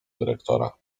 dyrektora